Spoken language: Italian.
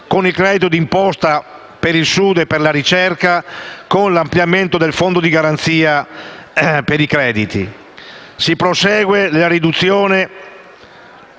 con il credito d'imposta per il Sud e per la ricerca, con l'ampliamento del fondo di garanzia per i crediti. Si prosegue la riduzione